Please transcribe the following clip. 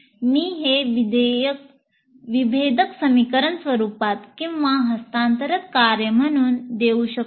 मी हे विभेदक समीकरण स्वरूपात किंवा हस्तांतरण कार्य म्हणून देऊ शकतो